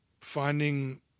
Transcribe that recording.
finding